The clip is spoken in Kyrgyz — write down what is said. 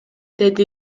деди